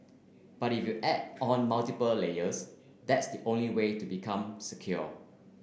but if you add on multiple layers that's the only way to become secure